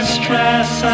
stress